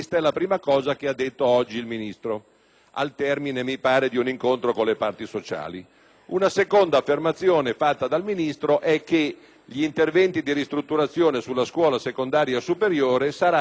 Una seconda affermazione fatta dal Ministro è che gli interventi di ristrutturazione sulla scuola secondaria superiore saranno rimandati ad un anno successivo (dal 2009 al 2010).